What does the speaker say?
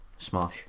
Smosh